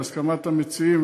בהסכמת המציעים,